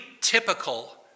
typical